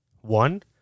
One